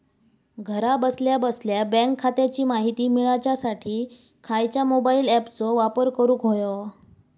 घरा बसल्या बसल्या बँक खात्याची माहिती मिळाच्यासाठी खायच्या मोबाईल ॲपाचो वापर करूक होयो?